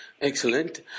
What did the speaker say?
Excellent